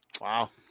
Wow